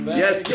yes